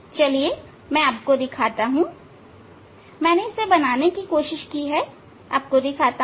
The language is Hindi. चलिए मैं आपको दिखाता हूं मैंने इससे बनाने की कोशिश की है मैं आपको दिखाता हूं